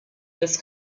this